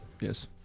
yes